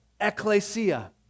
ecclesia